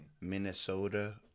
Minnesota